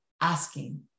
asking